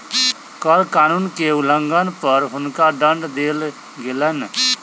कर कानून के उल्लंघन पर हुनका दंड देल गेलैन